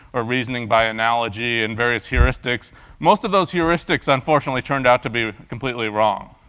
or reasoning by analogy and various heuristics most of those heuristics unfortunately turned out to be completely wrong.